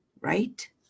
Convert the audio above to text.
Right